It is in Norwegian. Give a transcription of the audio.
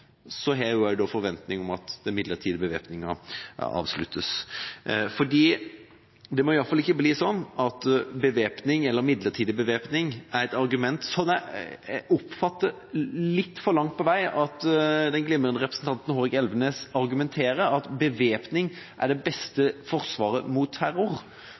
har jeg forventninger om at den midlertidige bevæpninga avsluttes. Det må iallfall ikke bli sånn at midlertidig bevæpning er et argument for at bevæpning er det beste forsvaret mot terror – slik jeg litt for langt på vei oppfatter at den glimrende representanten Hårek Elvenes argumenterer